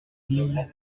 fille